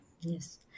Yes